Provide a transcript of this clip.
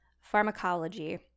Pharmacology